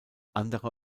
andere